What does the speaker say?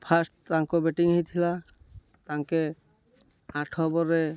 first ତାଙ୍କ batting ହେଇଥିଲା ତାଙ୍କେ ଆଠ ଓଭର୍ରେ